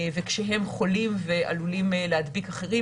וכשהם חולים ועלולים להדביק אחרים,